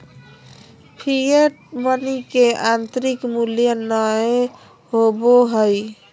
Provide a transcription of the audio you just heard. fiat money के आंतरिक मूल्य नय होबो हइ